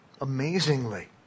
amazingly